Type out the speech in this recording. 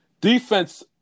defense